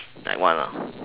like what lah